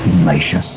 nature